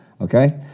okay